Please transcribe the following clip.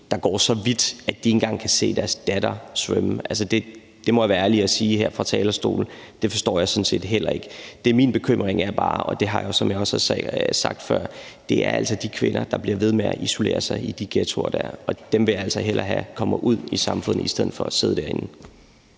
sige, går så vidt, at de ikke engang kan se deres datter svømme. Altså, det må jeg være ærlig at sige her fra talerstolen forstår jeg sådan set heller ikke. Det, der er min bekymring, og det har jeg også sagt før, er altså bare de kvinder, der bliver ved med at isolere sig i de ghettoer der. Dem vil jeg altså hellere have ud i samfundet, i stedet for at de sidder derinde.